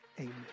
Amen